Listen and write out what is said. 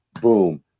boom